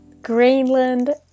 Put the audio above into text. Greenland